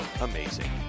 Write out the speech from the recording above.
amazing